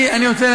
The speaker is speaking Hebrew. אני רוצה,